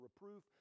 reproof